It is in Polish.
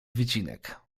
wycinek